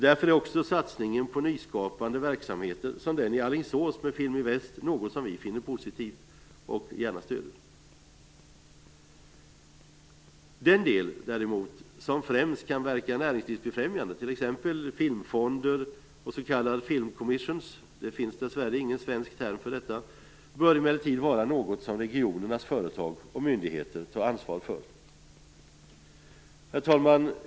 Därför är också satsningen på nyskapande verksamheter, t.ex. Film i Väst i Alingsås, något som vi finner positivt och gärna stöder. Den del däremot som främst kan verka näringslivsbefrämjande, t.ex. filmfonder och s.k. film commissions - dessvärre finns det ingen svensk term för detta - bör emellertid vara något som regionernas företag och myndigheter tar ansvar för. Herr talman!